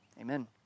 amen